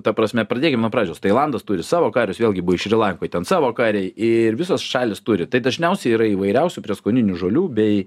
ta prasme pradėkim nuo pradžios tailandas turi savo karius vėlgi buvai šri lankoj ten savo kariai ir visos šalys turi tai dažniausiai yra įvairiausių prieskoninių žolių bei